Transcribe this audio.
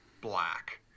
black